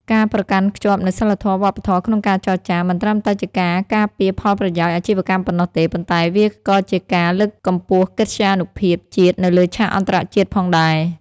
ការប្រកាន់ខ្ជាប់នូវសីលធម៌វប្បធម៌ក្នុងការចរចា មិនត្រឹមតែជាការការពារផលប្រយោជន៍អាជីវកម្មប៉ុណ្ណោះទេ ប៉ុន្តែវាក៏ជាការលើកកម្ពស់កិត្យានុភាពជាតិនៅលើឆាកអន្តរជាតិផងដែរ។